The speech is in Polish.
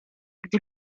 gdy